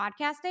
podcasting